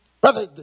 Brother